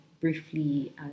briefly